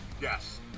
Yes